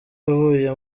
avuye